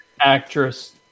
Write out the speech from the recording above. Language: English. actress